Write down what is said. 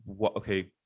okay